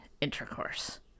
intercourse